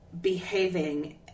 behaving